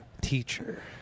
Teacher